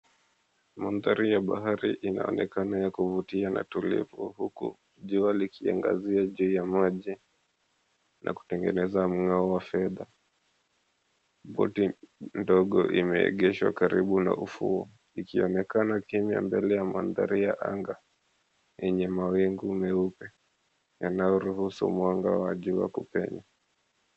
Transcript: Mandhari ya bahari inaonekana ya kuvutia na tulivu huku jua likiangazia juu ya maji na kutengeneza mng'ao wa fedha. Boti ndogo imeegeshwa karibu na ufuo ikionekana kimya mbele ya mandhari ya anga yenye mawingu mweupe yanayoruhusu mwanga wa jua kupenya.